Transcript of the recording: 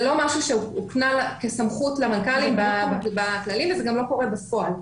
זה לא משהו שהוקנה כסמכות למנכ"לים בכללים וזה גם לא קורה בפועל.